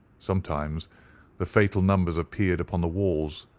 sometimes the fatal numbers appeared upon the walls,